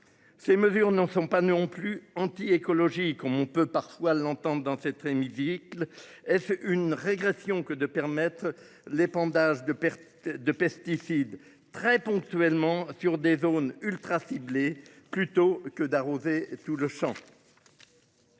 Ces mesures ne sont pas non plus anti-écologique. On peut parfois l'entente dans ces très midi. Elle fait une régression que de permettre l'épandage de perte de pesticides très ponctuellement sur des zones ultra ciblés plutôt que d'arroser tout le Champ.